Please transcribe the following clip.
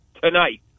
tonight